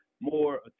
more